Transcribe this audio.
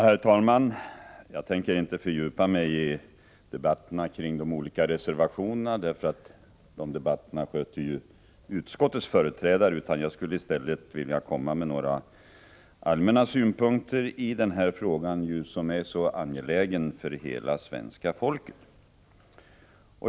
Herr talman! Jag tänker inte fördjupa mig i debatten kring de olika reservationerna — den debatten sköter ju utskottets företrädare — utan skall i stället försöka komma med några allmänna synpunkter i den här frågan, som är så angelägen för hela svenska folket.